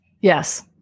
Yes